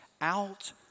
out